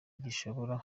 gishobora